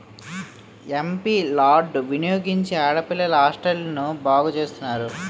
MP లార్డ్ వినియోగించి ఆడపిల్లల హాస్టల్ను బాగు చేస్తున్నారు